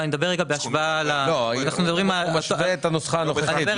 הוא משווה את הנוסחה הנוכחית.